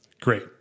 Great